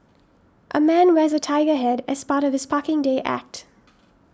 a man wears a tiger head as part of his Parking Day act